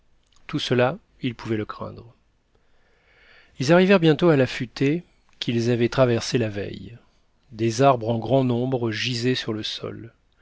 tout cela ils pouvaient le craindre ils arrivèrent bientôt à la futaie qu'ils avaient traversée la veille des arbres en grand nombre gisaient sur le sol